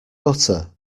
butter